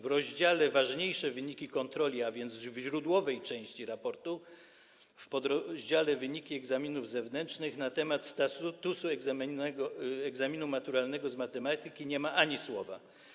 W rozdziale: Ważniejsze wyniki kontroli, a więc w źródłowej części raportu, w podrozdziale: Wyniki egzaminów zewnętrznych na temat statusu egzaminu maturalnego z matematyki nie ma ani słowa.